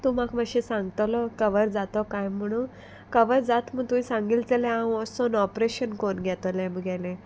तूं म्हाक मातशें सांगतलो कवर जातो काय म्हुणू कवर जात म्हूण तुवें सांगिल जाल्यार हांव वोसोन ऑप्रेशन कोन घेतोलें मुगेलें